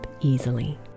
easily